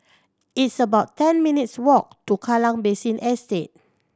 it's about ten minutes' walk to Kallang Basin Estate